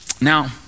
Now